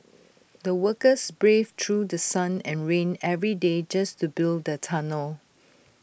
the workers braved through sun and rain every day just to build the tunnel